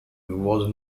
was